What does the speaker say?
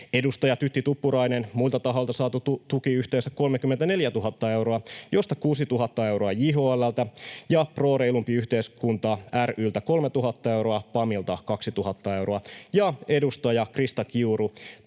Edustaja Tytti Tuppurainen: muilta taholta saatu tuki yhteensä 34 000 euroa, josta 6 000 euroa JHL:ltä ja Pro reilumpi yhteiskunta ry:ltä 3 000 euroa, PAMilta 2 000 euroa. Ja edustaja Krista Kiuru: